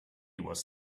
was